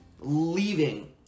leaving